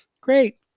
Great